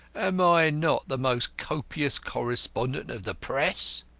am i not the most copious correspondent of the press?